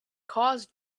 cause